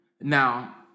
Now